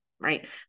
right